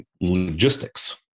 logistics